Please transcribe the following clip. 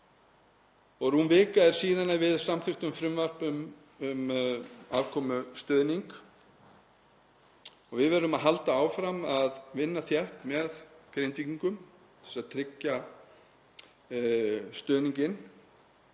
og rúm vika er síðan við samþykktum frumvarp um afkomustuðning. Við verðum að halda áfram að vinna þétt með Grindvíkingum til þess að tryggja stuðninginn.